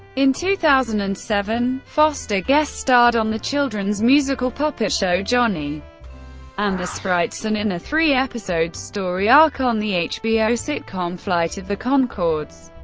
in two thousand and seven, foster guest-starred on the children's musical puppet show johnny and the sprites and in a three-episode story arc on the hbo sitcom flight of the conchords.